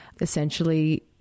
essentially